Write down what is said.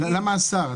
למה השר?